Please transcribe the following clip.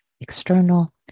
external